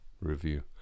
review